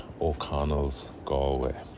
O'ConnellsGalway